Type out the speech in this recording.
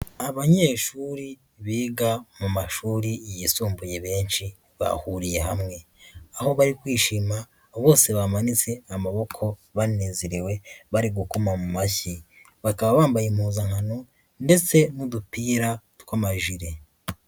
Abanyeshuri biga mu mashuri yisumbuye benshi bahuriye hamwe aho bari kwishima bose bamanitse amaboko banezerewe bari gukoma mu mashyi, bakaba bambaye impuzankano ndetse n'udupira tw'amajire.